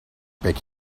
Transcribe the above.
back